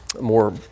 more